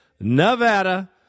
Nevada